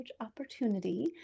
opportunity